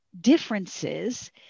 differences